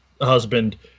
husband